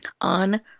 on